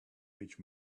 which